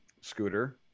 Scooter